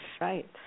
right